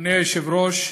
אדוני היושב-ראש,